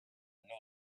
longer